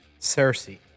Cersei